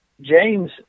James